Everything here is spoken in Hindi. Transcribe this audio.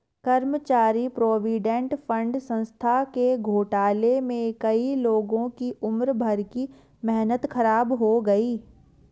कर्मचारी प्रोविडेंट फण्ड संस्था के घोटाले में कई लोगों की उम्र भर की मेहनत ख़राब हो गयी